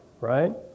right